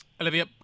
olivia